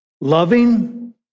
loving